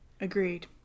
Agreed